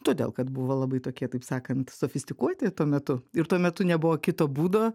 todėl kad buvo labai tokie taip sakant sofistikuoti tuo metu ir tuo metu nebuvo kito būdo